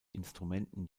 instrumenten